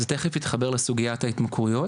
זה תיכף יתחבר לסוגיית ההתמכרויות.